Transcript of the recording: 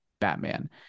Batman